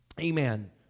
Amen